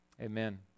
Amen